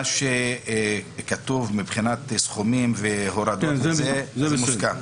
מה שכתוב לגבי סכומים והורדות וכו' מוסכם,